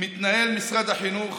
מתנהל משרד החינוך